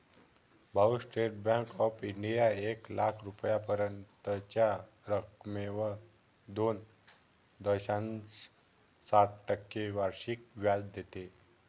भाऊ, state bank of India एक लाख रुपयांपर्यंतच्या रकमेवर दोन दशांश सात टक्के वार्षिक व्याज देते